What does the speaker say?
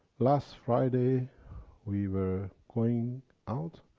last friday we were going out,